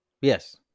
yes